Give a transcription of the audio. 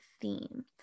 theme